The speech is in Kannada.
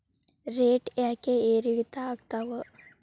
ರೇಟ್ ಯಾಕೆ ಏರಿಳಿತ ಆಗ್ತಾವ?